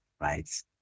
right